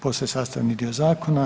Postaje sastavni dio zakona.